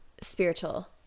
spiritual